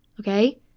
Okay